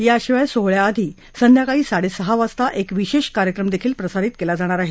याशिवाय सोहळ्याआधी संध्याकाळी साडेसहा वाजता एक विशेष कार्यक्रमही प्रसारीत केला जाणार आहे